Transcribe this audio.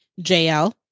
JL